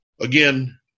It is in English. again